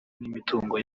n’imitungo